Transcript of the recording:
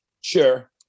Sure